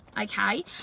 okay